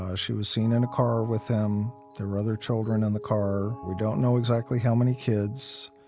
ah she was seen in a car with him. there were other children in the car. we don't know exactly how many kids.